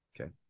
Okay